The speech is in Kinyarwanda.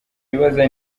yibaza